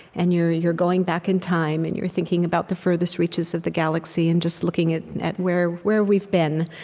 and you're you're going back in time, and you're thinking about the furthest reaches of the galaxy and just looking at at where where we've been,